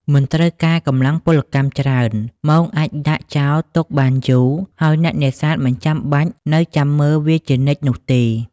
មិនត្រូវការកម្លាំងពលកម្មច្រើន មងអាចដាក់ចោលទុកបានយូរ ហើយអ្នកនេសាទមិនចាំបាច់នៅចាំមើលវាជានិច្ចនោះទេ។